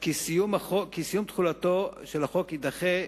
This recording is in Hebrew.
כי סיום תחולתו של החוק יידחה,